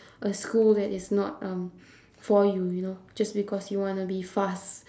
a school that is not um for you you know just because you wanna be fast